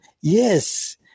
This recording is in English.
Yes